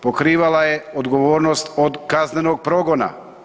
Pokrivala je odgovornost od kaznenog progona.